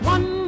One